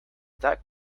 that